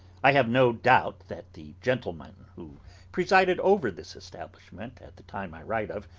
i have no doubt that the gentleman who presided over this establishment at the time i write of,